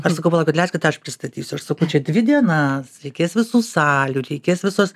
aš sakau palaukit leiskit aš pristatysiu aš sakau čia dvi dienas reikės visų salių reikės visos